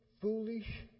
foolish